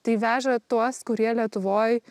tai veža tuos kurie lietuvoj